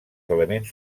elements